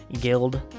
guild